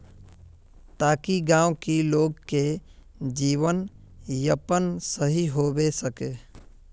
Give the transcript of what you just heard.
ताकि गाँव की लोग के जीवन यापन सही होबे सके?